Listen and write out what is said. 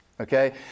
Okay